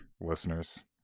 listeners